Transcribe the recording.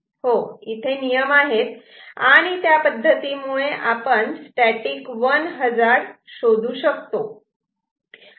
हो इथे नियम आहेत आणि त्या पद्धतीमुळे आपण स्टॅटिक 1 हजार्ड शोधू शकतो